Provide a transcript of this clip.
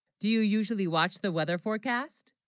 do you, usually watch the weather forecasts